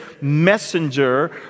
messenger